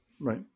Right